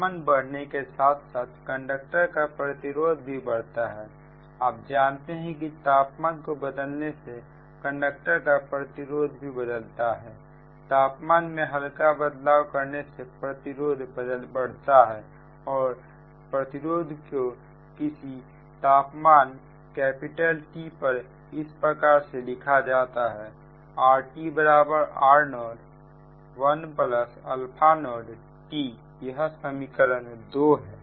तापमान बढ़ने के साथ साथ कंडक्टर का प्रतिरोध भी बढ़ता है आप जानते हैं कि तापमान को बदलने से कंडक्टर का प्रतिरोध भी बदलता है तापमान में हल्का बदलाव करने से प्रतिरोध बढ़ता है और प्रतिरोध को किसी तापमान T पर इस प्रकार से लिखा जाता है RT R0 1α0T यह समीकरण 2 है